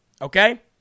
Okay